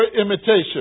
imitation